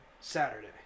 Saturday